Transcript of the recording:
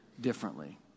differently